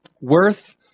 Worth